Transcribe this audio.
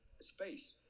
space